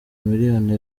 miliyoni